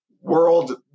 World